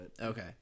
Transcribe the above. Okay